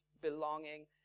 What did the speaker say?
belonging